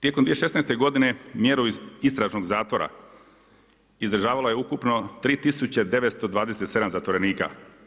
Tijekom 2016. godine mjeru istražnog zatvora izdržavalo je ukupno 3927 zatvorenika.